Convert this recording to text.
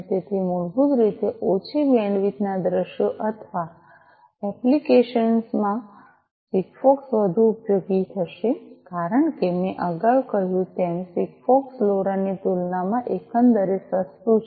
તેથી મૂળભૂત રીતે ઓછી બેન્ડવિડ્થ ના દૃશ્યો અથવા એપ્લિકેશન્સ માં સિગફોક્સ વધુ ઉપયોગી થશે કારણ કે મેં અગાઉ કહ્યું તેમ સિગફોક્સ લોરા ની તુલનામાં એકંદરે સસ્તું છે